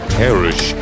perish